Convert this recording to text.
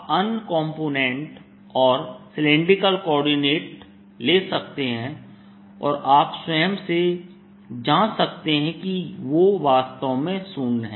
आप अन्य कॉम्पोनेंट और सिलैंडरिकल कोऑर्डिनेट ले सकते हैं और आप स्वयं से जांच सकते हैं कि वे वास्तव में 0 हैं